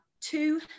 two